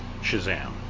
Shazam